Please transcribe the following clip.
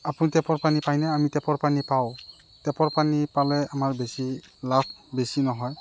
আপুনি টেপৰ পানী পায়নে আমি টেপৰ পানী পাওঁ টেপৰ পানী পালে আমাৰ বেছি লাভ বেছি নহয়